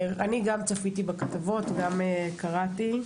אני גם צפיתי בכתבות, גם קראתי.